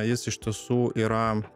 jis iš tiesų yra